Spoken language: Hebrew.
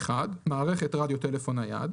מערכת רדיו טלפון-נייד,